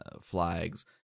flags